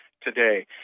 today